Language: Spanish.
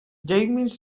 james